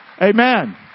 Amen